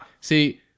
See